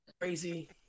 Crazy